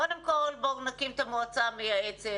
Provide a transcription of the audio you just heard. קודם כל בואו נקים את המועצה המייעצת.